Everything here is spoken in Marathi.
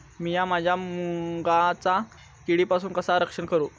मीया माझ्या मुगाचा किडीपासून कसा रक्षण करू?